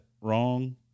wrong